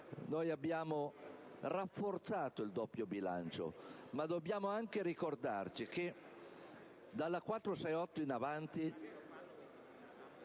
Noi abbiamo rafforzato il doppio bilancio, ma dobbiamo anche ricordarci che, dalla legge n.